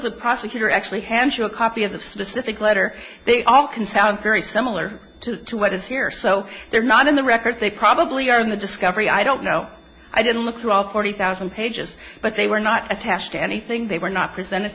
the prosecutor actually hampshire a copy of the specific letter they all can sound very similar to what is here so they're not in the records they probably are in the discovery i don't know i didn't look through all forty thousand pages but they were not attached to anything they were not presented